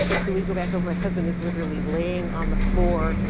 so we go back and, my husband is literally laying on the floor,